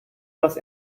dass